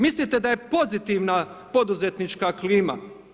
Mislite da je pozitivna poduzetnička klima?